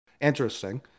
Interesting